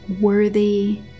worthy